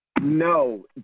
No